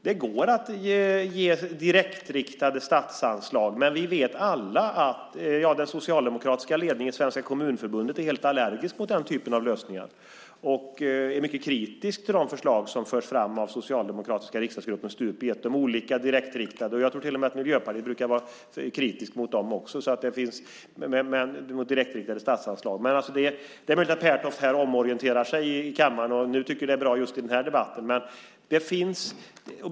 Det går att ge direktriktade statsanslag, men vi vet ju alla att den socialdemokratiska ledningen i Svenska Kommunförbundet är rent allergisk mot den typen av lösningar och mycket kritisk till de förslag som förs fram av den socialdemokratiska riksdagsgruppen stup i ett om olika direktriktade medel. Jag tror till och med att Miljöpartiet brukar vara kritiskt mot direktriktade statsanslag, men det är möjligt att Pertoft här omorienterar sig i kammaren och nu, just i den här debatten, tycker att det är bra.